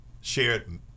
shared